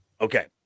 Okay